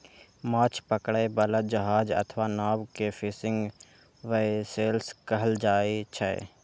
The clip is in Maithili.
माछ पकड़ै बला जहाज अथवा नाव कें फिशिंग वैसेल्स कहल जाइ छै